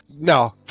No